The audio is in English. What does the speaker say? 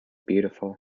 beautiful